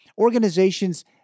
organizations